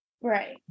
Right